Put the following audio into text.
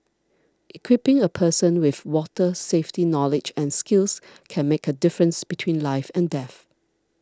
equipping a person with water safety knowledge and skills can make a difference between life and death